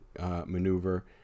maneuver